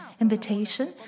invitation